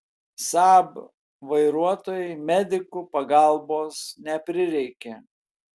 saab vairuotojai medikų pagalbos neprireikė